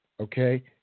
Okay